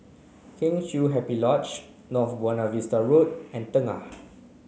Kheng Chiu Happy Lodge North Buona Vista Road and Tengah